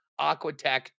Aquatech